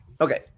okay